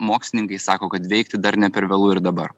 mokslininkai sako kad veikti dar ne per vėlu ir dabar